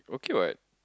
okay what